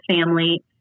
family